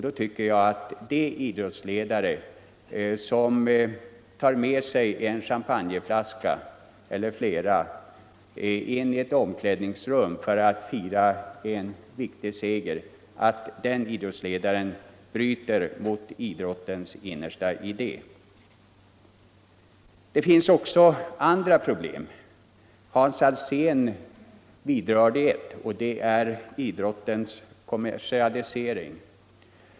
Då tycker jag att de idrottsledare som tar med sig en champagneflaska eller flera in i ett omklädningsrum för att fira en viktig seger bryter mot idrottens innersta idé. Det finns också andra problem. Hans Alsén vidrörde ett, nämligen idrottens kommersialisering.